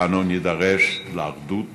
אנו נידרש לאחדות